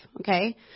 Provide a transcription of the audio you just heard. okay